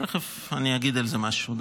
תכף אני אגיד על זה משהו.